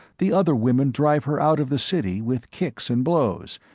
the other women drive her out of the city with kicks and blows,